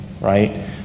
right